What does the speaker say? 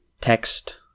text